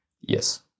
yes